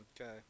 okay